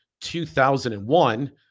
2001